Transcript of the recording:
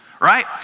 right